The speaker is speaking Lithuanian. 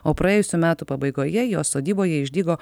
o praėjusių metų pabaigoje jos sodyboje išdygo